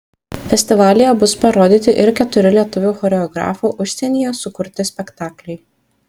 festivalyje bus parodyti ir keturi lietuvių choreografų užsienyje sukurti spektakliai